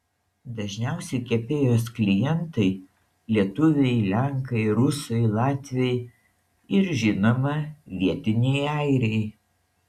dažniausi kepėjos klientai lietuviai lenkai rusai latviai ir žinoma vietiniai airiai